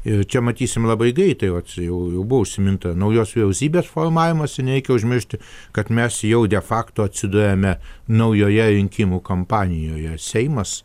ir čia matysim labai greitai vat jau jau buvo užsiminta naujos vyriausybės formavimąsi nereikia užmiršti kad mes jau defakto atsiduriame naujoje rinkimų kampanijoje seimas